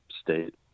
state